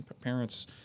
parents